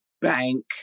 bank